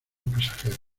pasajeros